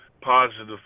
positive